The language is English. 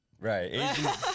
Right